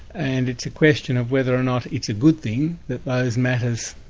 and it's a question of whether or not it's a good thing that those matters